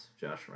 Josh